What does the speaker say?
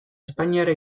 espainiara